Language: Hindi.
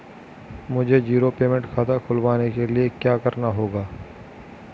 मुझे जीरो पेमेंट खाता खुलवाने के लिए क्या करना होगा?